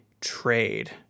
Trade